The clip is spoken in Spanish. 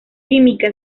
química